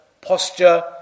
posture